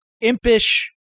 impish